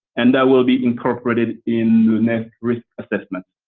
and that will be incorporated in the next risk assessment.